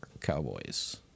Cowboys